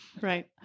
Right